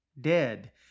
dead